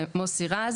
מוסי רז